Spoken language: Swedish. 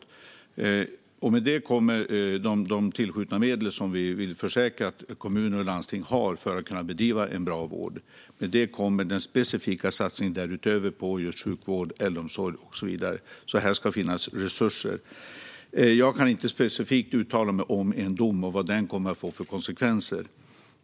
I och med det kommer de tillskjutna medel som vi vill försäkra att kommuner och landsting har för att kunna bedriva en bra vård. Därutöver kommer den specifika satsningen på sjukvård, äldreomsorg och så vidare. Här ska finnas resurser. Jag kan inte specifikt uttala mig om en dom och vad den kommer att få för konsekvenser.